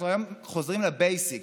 אנחנו היום חוזרים לבייסיק,